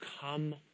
come